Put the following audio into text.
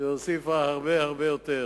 שהוסיפה הרבה הרבה יותר.